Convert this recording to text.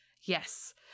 Yes